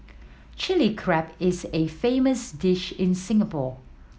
Chilli Crab is a famous dish in Singapore